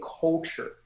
culture